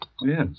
Yes